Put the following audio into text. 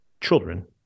children